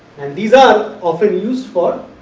and these are often used for